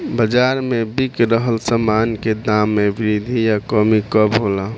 बाज़ार में बिक रहल सामान के दाम में वृद्धि या कमी कब होला?